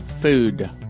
food